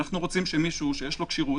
אנחנו רוצים שמישהו שיש לו כשירות,